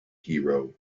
hero